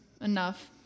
enough